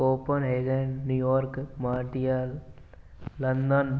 Köppen island New यॉर्क मार्टियाल London